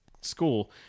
school